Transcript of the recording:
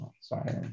Sorry